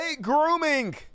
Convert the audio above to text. grooming